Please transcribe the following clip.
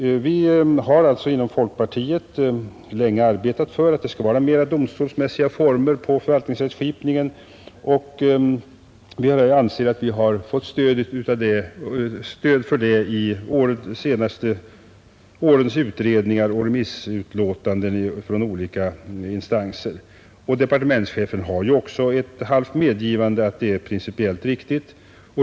Inom folkpartiet har vi länge arbetat för mera domstolsmässiga former i förvaltningsrättskipningen. Vi anser oss ha fått stöd för detta i de senaste årens utredningar och remissutlåtanden från olika instanser. Departementschefen gör också ett halvt medgivande att det är principiellt riktigt.